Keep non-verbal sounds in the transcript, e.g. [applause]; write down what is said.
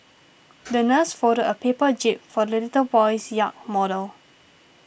[noise] the nurse folded a paper jib for the little boy's yacht model